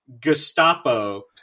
Gestapo